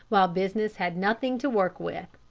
while business had nothing to work with.